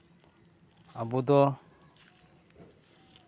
ᱟᱵᱚ ᱫᱚ